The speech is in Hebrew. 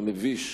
המביש,